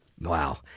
Wow